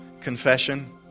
confession